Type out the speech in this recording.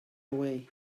away